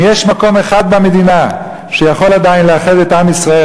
אם יש מקום אחד במדינה שיכול עדיין לאחד את עם ישראל,